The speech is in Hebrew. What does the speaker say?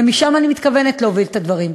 ומשם אני מתכוונת להוביל את הדברים.